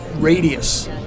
radius